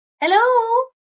Hello